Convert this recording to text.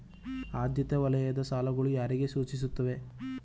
ಆದ್ಯತಾ ವಲಯದ ಸಾಲಗಳು ಯಾರಿಗೆ ಸೂಚಿಸುತ್ತವೆ?